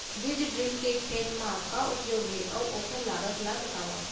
बीज ड्रिल के खेत मा का उपयोग हे, अऊ ओखर लागत ला बतावव?